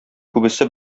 күбесе